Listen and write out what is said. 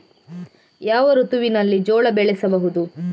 ಯಾವ ಋತುವಿನಲ್ಲಿ ಜೋಳ ಬೆಳೆಸಬಹುದು?